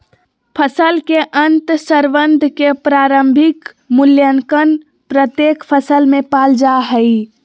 फसल के अंतर्संबंध के प्रारंभिक मूल्यांकन प्रत्येक फसल में पाल जा हइ